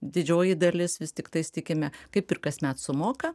didžioji dalis vis tiktais tikime kaip ir kasmet sumoka